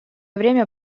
время